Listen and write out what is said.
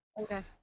Okay